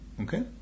Okay